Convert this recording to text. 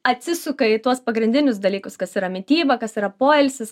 atsisuka į tuos pagrindinius dalykus kas yra mityba kas yra poilsis